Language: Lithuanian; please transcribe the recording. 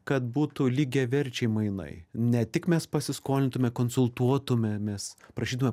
kad būtų lygiaverčiai mainai ne tik mes pasiskolintume konsultuotumėmės prašytume